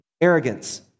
arrogance